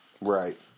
Right